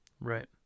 Right